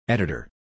Editor